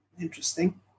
interesting